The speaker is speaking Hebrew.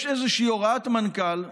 יש איזושהי הוראת מנכ"ל,